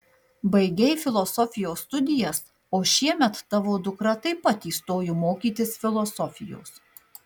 baigei filosofijos studijas o šiemet tavo dukra taip pat įstojo mokytis filosofijos